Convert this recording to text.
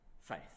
faith